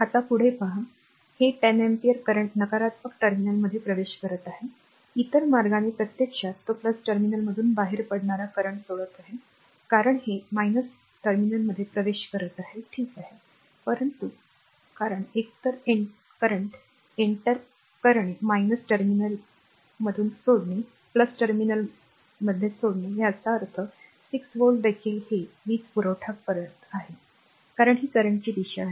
आता पुढे पाहा हे हे 10 अँपिअर करंट नकारात्मक टर्मिनल मध्ये प्रवेश करत आहे इतर मार्गाने प्रत्यक्षात तो टर्मिनलमधून बाहेर पडणारा current सोडत आहे कारण हे टर्मिनलमध्ये प्रवेश करत आहे ठीक आहे परंतु कारण एकतर एंटर करणे टर्मिनल सोडणे किंवा टर्मिनल सोडणे याचा अर्थ 6 volt देखील ते वीजपुरवठा करत आहे कारण ही current ची दिशा आहे